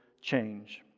change